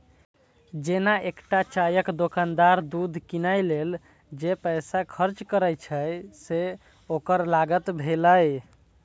जेना एकटा चायक दोकानदार दूध कीनै लेल जे पैसा खर्च करै छै, से ओकर लागत भेलै